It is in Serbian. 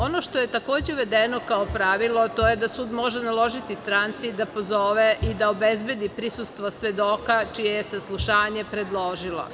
Ono što je takođe uvedeno kao pravilo, to je da sud može naložiti stranci da pozove i da obezbedi prisustvo svedoka čije je saslušanje predložila.